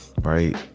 right